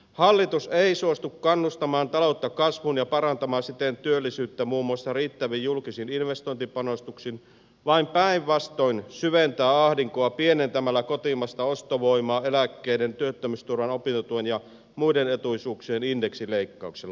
hallitus ei suostu kannustamaan taloutta kasvuun ja parantamaan siten työllisyyttä muun muassa riittävin julkisin investointipanostuksin vaan päinvastoin syventää ahdinkoa pienentämällä kotimaista ostovoimaa eläkkeiden työttömyysturvan opintotuen ja muiden etuisuuksien indeksileikkauksella